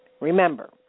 Remember